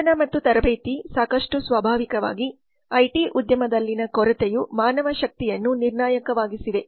ಶಿಕ್ಷಣ ಮತ್ತು ತರಬೇತಿ ಸಾಕಷ್ಟು ಸ್ವಾಭಾವಿಕವಾಗಿ ಐಟಿ ಉದ್ಯಮದಲ್ಲಿನ ಕೊರತೆಯು ಮಾನವಶಕ್ತಿಯನ್ನು ನಿರ್ಣಾಯಕವಾಗಿಸಿದೆ